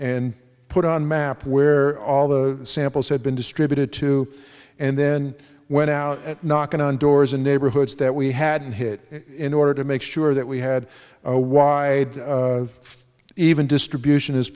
and put on map where all the samples had been distributed to and then went out at knocking on doors in neighborhoods that we had hit in order to make sure that we had a wide even distribution